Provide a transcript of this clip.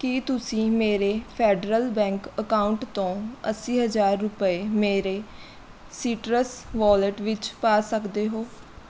ਕੀ ਤੁਸੀਂ ਮੇਰੇ Federal Bank account ਤੋਂ ਅੱਸੀ ਹਜ਼ਾਰ ਰੁਪਏ ਮੇਰੇ ਸੀਟਰਸ ਵੋਲਿਟ ਵਿੱਚ ਪਾ ਸਕਦੇ ਹੋ